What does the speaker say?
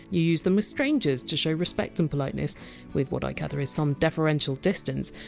you use them with strangers to show respect and politeness with what i gather is some deferential distance.